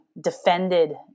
defended